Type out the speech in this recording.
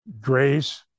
grace